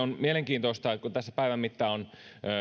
on kun tässä päivän mittaan on